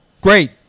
Great